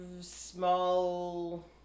small